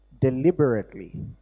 Deliberately